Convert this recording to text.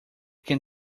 can